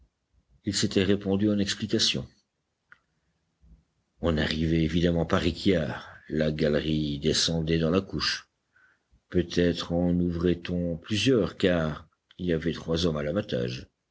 ils s'étaient répandus en explications on arrivait évidemment par réquillart la galerie descendait dans la couche peut-être en ouvrait on plusieurs car il y avait trois hommes à l'abattage